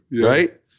Right